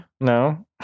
No